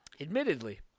Admittedly